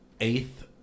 Eighth